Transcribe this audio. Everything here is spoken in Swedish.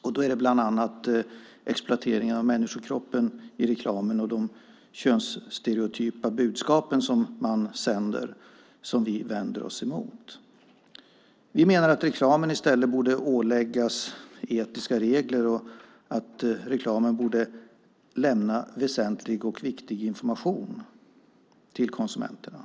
Det är bland annat exploatering av människokroppen i reklamen och de könsstereotypa budskap man sänder vi vänder oss emot. Vi menar att reklamen i stället borde åläggas etiska regler och borde lämna väsentlig och viktig information till konsumenterna.